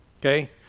Okay